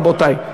רבותי?